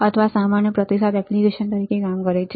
અથવા સામાન્ય પ્રતિસાદ એપ્લિકેશન તરીકે કામ કરે છે